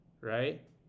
right